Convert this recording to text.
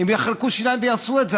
הם יחרקו שיניים ויעשו את זה.